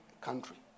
country